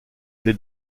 play